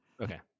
Okay